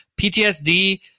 PTSD